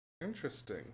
Interesting